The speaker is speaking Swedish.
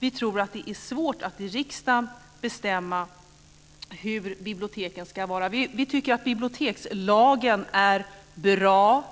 Vi tror att det är svårt att i riksdagen bestämma hur biblioteken ska vara. Vi tycker att bibliotekslagen är bra.